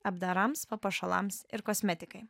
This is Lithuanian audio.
apdarams papuošalams ir kosmetikai